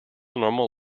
normal